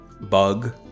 bug